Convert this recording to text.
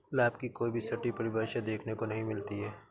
लाभ की कोई भी सटीक परिभाषा देखने को नहीं मिलती है